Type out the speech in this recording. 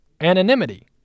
anonymity